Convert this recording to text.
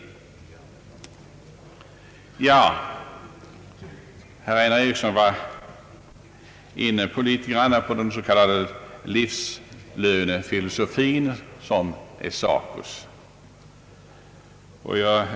Herr Einar Eriksson var inne litet grand på SACO:s s.k. livslönefilosofi.